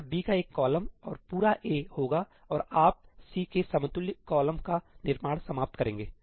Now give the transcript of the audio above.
यह B का एक कॉलम और पूरा A होगा और आप C के समतुल्य कॉलम का निर्माण समाप्त करेंगे